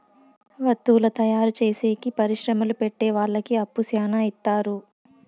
వత్తువుల తయారు చేసేకి పరిశ్రమలు పెట్టె వాళ్ళకి అప్పు శ్యానా ఇత్తారు